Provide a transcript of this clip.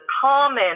common